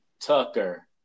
Tucker